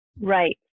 Right